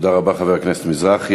תודה רבה, חבר הכנסת מזרחי.